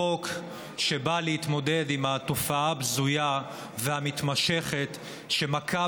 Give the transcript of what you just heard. חוק שבא להתמודד עם התופעה הבזויה והמתמשכת שמכה